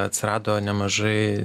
atsirado nemažai